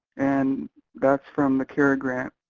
and that's from the cara grant,